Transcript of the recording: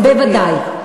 בוודאי.